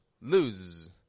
lose